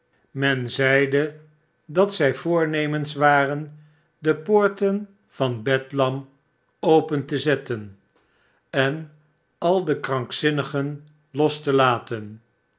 men zeide dat zij voornemens waren de poorten van bedlam open te zetten en al dekrankzinnigen los te laten